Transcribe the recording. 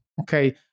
okay